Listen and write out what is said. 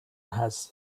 has